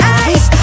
eyes